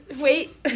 Wait